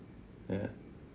ya